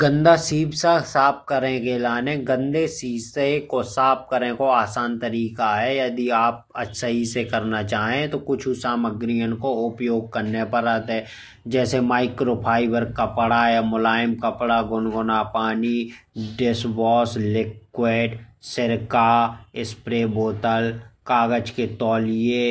गंदा शीशा साफ करे के लाने गंदे शीशे को साफ करने को आसान तरीका है। यदि आप सही से करना चाहें तो कुछ उपयोग सामग्रीयों को उपयोग करने परत है। जैसे माइक्रो फाइबर कपड़ा या मुलायम कपड़ा गुनगुना पानी डिसवॉश लिक्विड। सिरका स्प्रे बोतल कागज के तौलिए